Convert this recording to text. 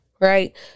right